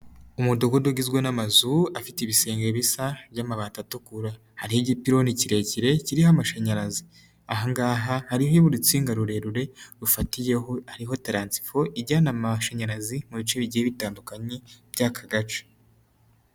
Umudugudu ugizwe n'amazu, afite ibisenge bisa by'amabati atukura, hariho igitironi kirekire kiriho amashanyarazi, aha ngaha hariho urukinga rurerure, rufatiyeho, hariho taransifo ijyana amashanyarazi mu bice bigiye bitandukanye by'aka gace.